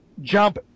jump